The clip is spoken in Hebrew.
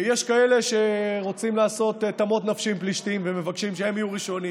יש כאלה שרוצים לעשות "תמות נפשי עם פלישתים" ומבקשים שהם יהיו ראשונים.